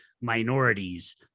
minorities